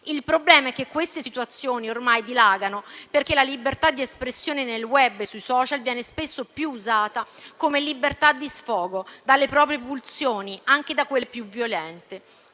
Il problema è che queste situazioni ormai dilagano, perché la libertà di espressione nel *web* e sui *social* viene spesso usata come libertà di sfogo delle proprie pulsioni, anche di quelle più violente,